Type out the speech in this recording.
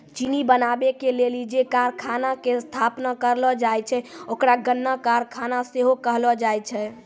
चिन्नी बनाबै के लेली जे कारखाना के स्थापना करलो जाय छै ओकरा गन्ना कारखाना सेहो कहलो जाय छै